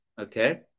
okay